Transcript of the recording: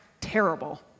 terrible